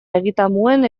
egitamuen